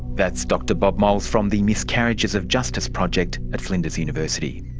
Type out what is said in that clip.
that's dr bob moles from the miscarriages of justice project at flinders university.